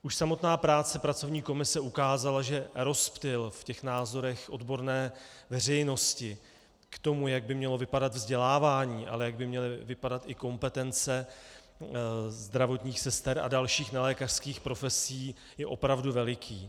Už samotná práce pracovní komise ukázala, že rozptyl v názorech odborné veřejnosti k tomu, jak by mělo vypadat vzdělávání a jak by měly vypadat i kompetence zdravotních sester a dalších nelékařských profesí, je opravdu veliký.